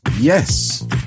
Yes